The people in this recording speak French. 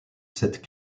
sept